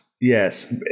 Yes